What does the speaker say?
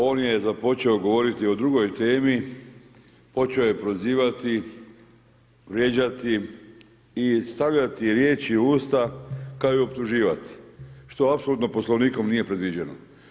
On je započeo govoriti o drugoj temi, počeo je prozivati, vrijeđati i stavljati riječi u usta kao i optuživati, što apsolutno Poslovnikom nije predviđeno.